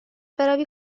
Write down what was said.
بروی